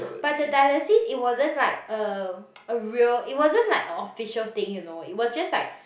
but the dialysis it wasn't like uh a real it wasn't like a official thing you know it was just like